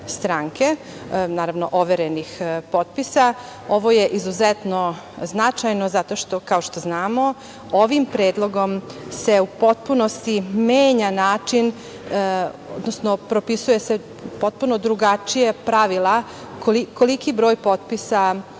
stranke, naravno, overenih potpisa. Ovo je izuzetno značajno zato što, kao što znamo, ovim predlogom se u potpunosti menja način odnosno propisuju se potpuno drugačija pravila koliki broj